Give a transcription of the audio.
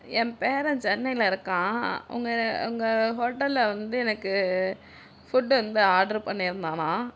என் பேரன் சென்னையில் இருக்கான் உங்கள் உங்கள் ஹோட்டலில் வந்து எனக்கு ஃபுட் வந்து ஆடரு பண்ணியிருந்தானாம்